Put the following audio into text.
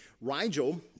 Rigel